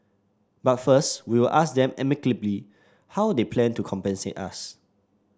but first we will ask them amicably how they plan to compensate us